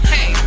Hey